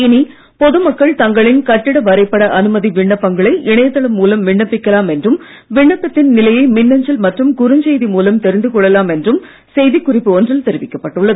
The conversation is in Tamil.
இனி பொதுமக்கள் தங்களின் கட்டிட வரைபட அனுமதி விண்ணப்பங்களை இணையதளம் மூலம் விண்ணப்பிக்கலாம் என்றும் விண்ணப்பத்தின் நிலையை மின்னஞ்சல் மற்றும் குறுஞ்செய்தி மூலம் தெரிந்து கொள்ளலாம் என்றும் செய்திக்குறிப்பு ஒன்றில் தெரிவிக்கப் பட்டுள்ளது